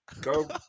Go